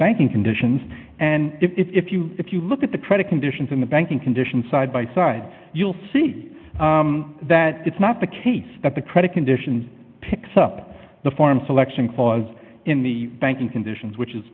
banking conditions and if you if you look at the credit conditions in the banking conditions side by side you'll see that it's not the case that the credit conditions picks up the form selection clause in the banking conditions which is